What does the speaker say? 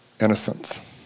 innocence